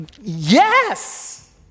Yes